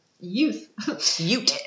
Youth